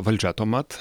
valdžia tuomet